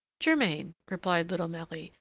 germain, replied little marie,